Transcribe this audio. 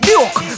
Duke